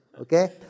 Okay